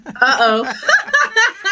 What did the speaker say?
Uh-oh